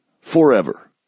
forever